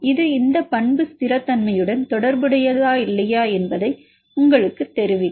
இது இந்த பண்பு ஸ்திரத்தன்மையுடன் தொடர்புடையதா இல்லையா என்பதை உங்களுக்குத் தெரிவிக்கும்